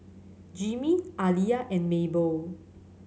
Jimmie Aliya and Mabel